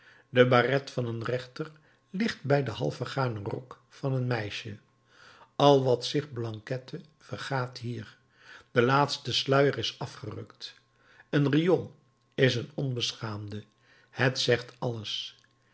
de barret van een rechter ligt bij den half verganen rok van een meisje al wat zich blankette vergaat hier de laatste sluier is afgerukt een riool is een onbeschaamde het zegt alles